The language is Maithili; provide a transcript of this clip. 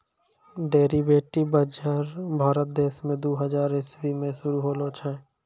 डेरिवेटिव बजार भारत देश मे दू हजार इसवी मे शुरू होलो छै